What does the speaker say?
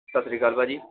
ਸਤਿ ਸ਼੍ਰੀ ਅਕਾਲ ਭਾਅ ਜੀ